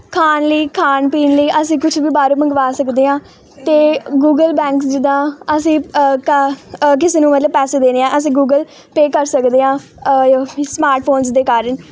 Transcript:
ਖਾਣ ਲਈ ਖਾਣ ਪੀਣ ਲਈ ਅਸੀਂ ਕੁਛ ਵੀ ਬਾਹਰੋਂ ਮੰਗਵਾ ਸਕਦੇ ਹਾਂ ਅਤੇ ਗੂਗਲ ਬੈਂਕ ਜਿੱਦਾਂ ਅਸੀਂ ਕ ਅ ਕਿਸੇ ਨੂੰ ਮਤਲਬ ਪੈਸੇ ਦੇਣੇ ਆ ਅਸੀਂ ਗੂਗਲ ਪੇ ਕਰ ਸਕਦੇ ਹਾਂ ਸਮਾਰਟ ਫੋਨਜ਼ ਦੇ ਕਾਰਨ